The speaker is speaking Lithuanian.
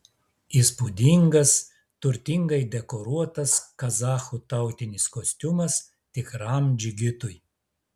įspūdingas turtingai dekoruotas kazachų tautinis kostiumas tikram džigitui